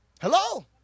hello